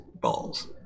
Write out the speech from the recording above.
balls